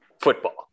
football